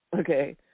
Okay